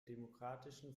demokratischen